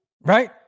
right